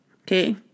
Okay